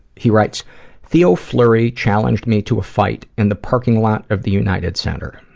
he writes theo fleury challenged me to a fight in the parking lot of the united center.